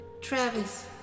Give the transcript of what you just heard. Travis